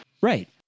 Right